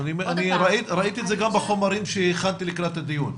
ראיתי את זה גם בחומרים שהכנת לקראת הדיון.